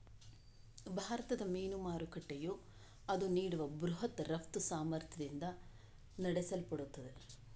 ಭಾರತದ ಮೀನು ಮಾರುಕಟ್ಟೆಯು ಅದು ನೀಡುವ ಬೃಹತ್ ರಫ್ತು ಸಾಮರ್ಥ್ಯದಿಂದ ನಡೆಸಲ್ಪಡುತ್ತದೆ